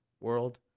world